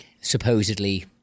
supposedly